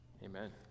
Amen